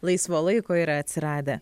laisvo laiko yra atsiradę